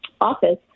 office